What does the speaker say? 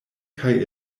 kaj